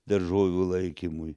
daržovių laikymui